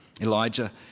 Elijah